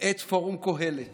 את פורום קהלת